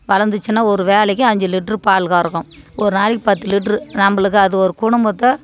வளர்ந்துச்சுன்னா ஒரு வேலைக்கு அஞ்சு லிட்ரு பால் கறக்கும் ஒரு நாளைக்கு பத்து லிட்ரு நம்மளுக்கு அது ஒரு குடும்பத்தை